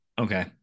okay